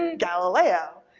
and galileo?